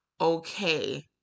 okay